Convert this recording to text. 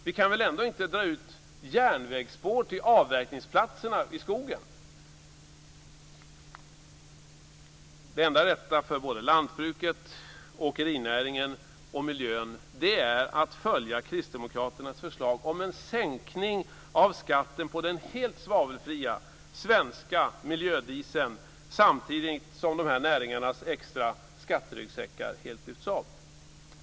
Vi kan väl inte dra ut järnvägsspår till avverkningsplatserna i skogen! Det enda rätta för både lantbruket, åkerinäringen och miljön är att följa Kristdemokraternas förslag om en sänkning av skatten på den helt svavelfria svenska miljödieseln, samtidigt som dessa näringars extra skatteryggsäckar helt lyfts av.